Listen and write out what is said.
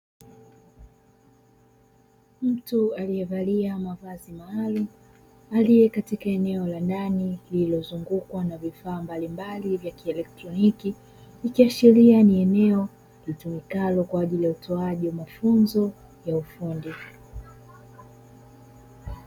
Mtu aliyevalia mavazi maalumu, aliye katika eneo la ndani lililozungukwa na vifaa mbalimbali vya kielektroniki. Ikiashiria ni eneo litumikalo kwa ajili ya utoaji wa mafunzo ya ufundi.